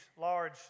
large